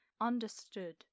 understood